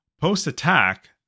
Post-attack